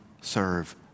serve